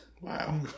Wow